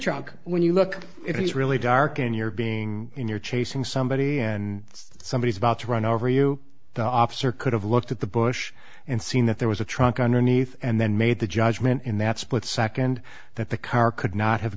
trunk when you look it is really dark in your being in your chasing somebody and somebody is about to run over you the officer could have looked at the bush and seen that there was a truck underneath and then made the judgment in that split second that the car could not have